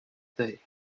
day